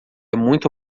muito